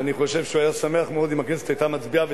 ואני חושב שהוא היה שמח מאוד אם הכנסת היתה מצביעה,